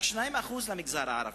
רק 2% למגזר הערבי.